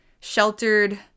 sheltered